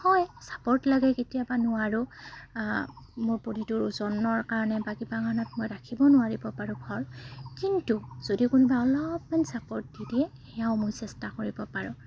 হয় চাপৰ্ট লাগে কেতিয়াবা নোৱাৰোঁ মোৰ প্ৰতিটোৰ ওজনৰ কাৰণে বা কিবা কাৰণত মই ৰাখিব নোৱাৰিব পাৰোঁ ভৰ কিন্তু যদি কোনোবা অলপমান ছাপৰ্ট দি দিয়ে সেয়াও মই চেষ্টা কৰিব পাৰোঁ